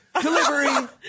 delivery